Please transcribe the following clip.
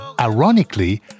Ironically